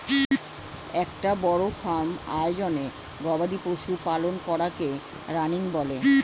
একটা বড় ফার্ম আয়োজনে গবাদি পশু পালন করাকে রানিং বলে